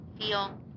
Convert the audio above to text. feel